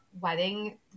wedding